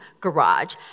garage